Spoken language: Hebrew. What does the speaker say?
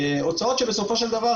הוצאות שבסופו של דבר,